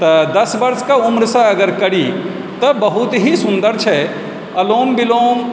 तऽ दस वर्षके उम्रसँ अगर करी तऽ बहुत ही सुन्दर छै अनुलोम विलोम